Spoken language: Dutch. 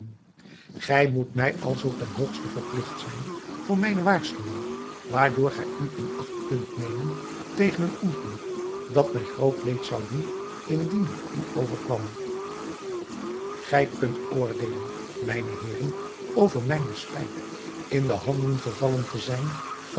gij moet mij alzoo ten hoogste verpligt zijn voor mijne waarschuwing waardoor gij u in acht kunt nemen tegen een ongeluk dat mij groot leed zou doen indien het u overkwam gij kunt oordeelen mijne heeren over mijnen spijt in de handen gevallen te zijn